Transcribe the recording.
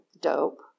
dope